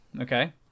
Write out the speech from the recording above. Okay